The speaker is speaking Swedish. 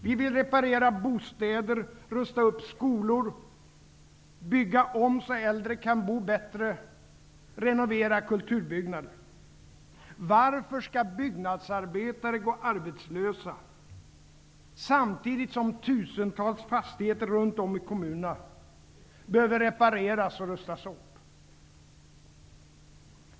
Vi vill reparera bostäder, rusta upp skolor, bygga om så att äldre kan bo bättre, renovera kulturbyggnader m.m. Varför skall byggnadsarbetare gå arbetslösa samtidigt som tusentals fastigheter runt om i kommunerna behöver repareras och rustas upp?